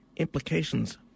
implications